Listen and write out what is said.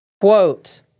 Quote